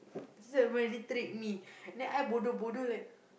someone trick me then I bodoh-bodoh like